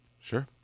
Sure